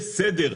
בסדר,